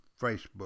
Facebook